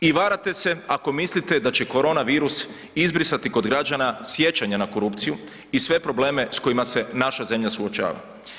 I varate se ako mislite da će korona virus izbrisati kod građana sjećanja na korupciju i sve probleme s kojima se naša zemlja suočava.